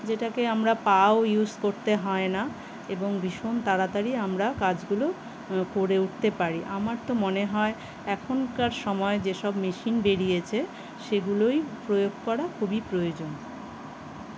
যেটাকে আমরা পাও ইউস করতে হয় না এবং ভীষণ তাড়াতাড়ি আমরা কাজগুলো করে উঠতে পারি আমার তো মনে হয় এখনকার সময় যেসব মেশিন বেরিয়েছে সেগুলোই প্রয়োগ করা খুবই প্রয়োজন